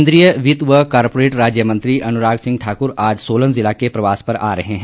केंद्रीय वित्त व कॉरपोरेट राज्य मंत्री अनुराग सिंह ठाकुर आज सोलन जिला के प्रवास पर आ रहे हैं